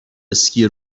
اسکی